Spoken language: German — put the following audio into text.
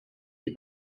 die